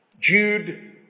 Jude